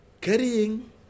carrying